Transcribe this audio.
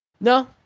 No